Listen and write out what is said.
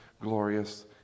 glorious